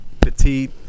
Petite